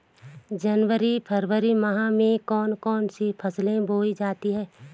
जनवरी फरवरी माह में कौन कौन सी फसलें बोई जाती हैं?